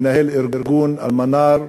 מנהל ארגון "אלמנארה".